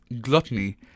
gluttony